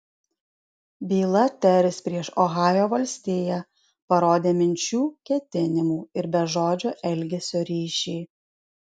byla teris prieš ohajo valstiją parodė minčių ketinimų ir bežodžio elgesio ryšį